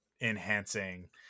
enhancing